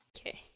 Okay